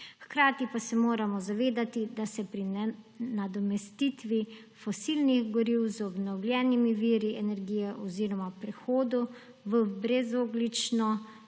Hkrati pa se moramo zavedati, da se pri nadomestitvi fosilnih goriv z obnovljivimi viri energije oziroma prehodu v brezogljično